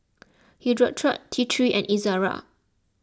Hirudoid T three and Ezerra